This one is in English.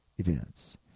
events